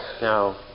Now